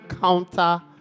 counter